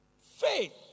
faith